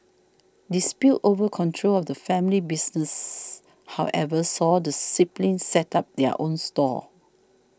disputes over control of the family business however saw the siblings set up their own stalls